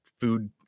food